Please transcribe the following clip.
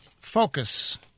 focus